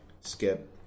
skip